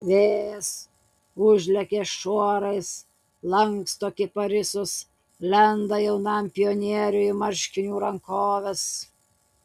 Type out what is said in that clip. vėjas užlekia šuorais lanksto kiparisus lenda jaunam pionieriui į marškinių rankoves